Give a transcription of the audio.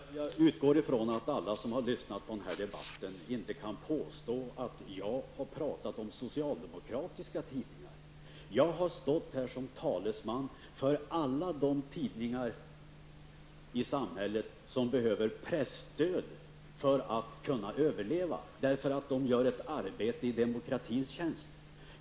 Fru talman! Jag utgår ifrån att ingen som har lyssnat på den här debatten kan påstå att jag har pratat bara om socialdemokratiska tidningar. Jag har stått här som talesman för alla de tidningar i samhället som behöver presstöd för att kunna överleva, därför att de gör ett arbete i demokratins tjänst.